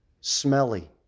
smelly